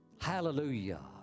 Hallelujah